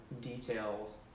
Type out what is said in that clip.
details